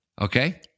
Okay